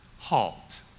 HALT